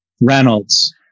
Reynolds